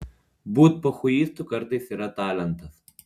būt pochuistu kartais yra talentas